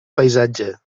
paisatge